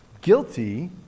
Guilty